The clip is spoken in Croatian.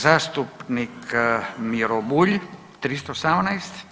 Zastupnik Miro Bulj 318.